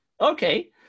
okay